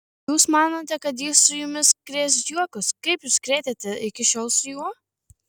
jūs manote kad jis su jumis krės juokus kaip jūs krėtėte iki šiol su juo